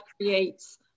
creates